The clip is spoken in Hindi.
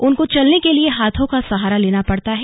उनको चलने के लिए हाथों का सहारा लेना पड़ता है